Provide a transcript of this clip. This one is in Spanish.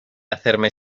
hacerme